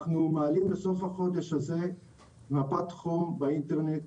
אנחנו מעלים בסוף החודש הזה מפת חום באינטרנט,